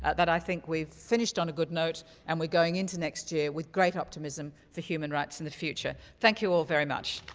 that i think we finished on a good note and we're going in to next year with great optimism for human rights in the future. thank you all very much.